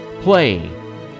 play